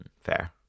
fair